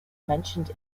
mentioned